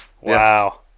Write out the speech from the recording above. Wow